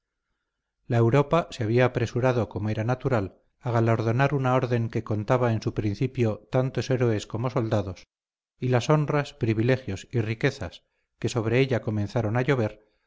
la europa se había apresurado como era natural a galardonar una orden que contaba en su principio tantos héroes como soldados y las honras privilegios y riquezas que sobre ella comenzaron a llover